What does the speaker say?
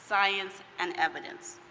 science, and evidence.